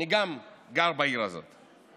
אני גם גר בעיר הזאת.